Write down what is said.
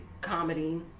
comedy